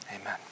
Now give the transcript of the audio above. amen